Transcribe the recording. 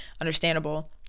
understandable